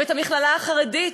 ואת המכללה החרדית,